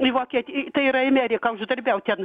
į vokieti tai yra į meriką uždarbiaut ten